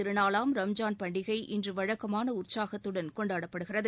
திருநாளாம் ரம்ஜான் பண்டிகை இன்று வழக்கமான உற்சாகத்துடன் ஈகைத் கொண்டாடப்படுகிறது